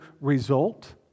result